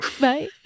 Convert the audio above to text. Bye